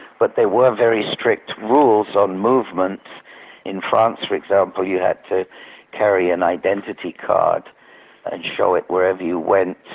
but there were very strict rules on movements in france, for example, you had to carry an identity card and show it wherever you went.